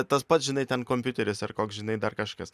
tas pats žinai ten kompiuteris ar koks žinai dar kažkas